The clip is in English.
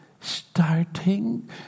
Starting